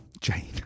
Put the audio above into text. Jane